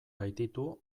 baititu